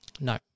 No